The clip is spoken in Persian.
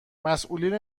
مسئولین